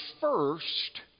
first